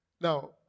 Now